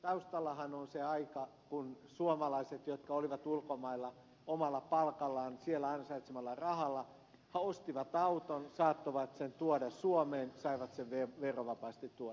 taustallahan on se aika kun suomalaiset jotka olivat ulkomailla omalla palkallaan siellä ansaitsemallaan rahalla ostivat auton ja saattoivat sen tuoda suomeen saivat sen verovapaasti tuoda